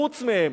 חוץ מהם.